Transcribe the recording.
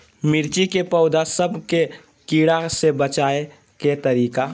मिर्ची के पौधा सब के कीड़ा से बचाय के तरीका?